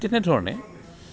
ঠিক তেনেধৰণে